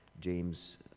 James